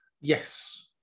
yes